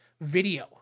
video